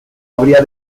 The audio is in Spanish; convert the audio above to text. habría